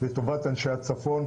לטובת אנשי הצפון,